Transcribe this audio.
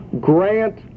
Grant